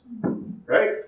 Right